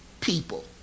people